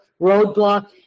roadblock